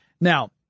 Now